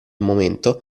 momento